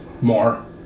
more